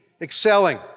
excelling